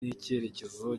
n’icyerekezo